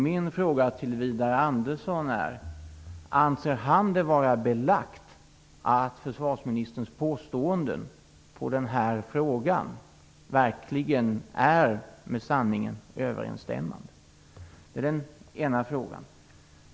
Min fråga till Widar Andersson är om han anser det vara belagt att försvarsministerns påståenden i denna fråga verkligen är med sanningen överensstämmande. Det är den ena frågan.